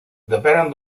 depenen